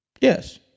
yes